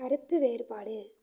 கருத்து வேறுபாடு